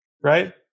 right